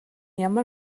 ямар